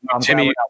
Timmy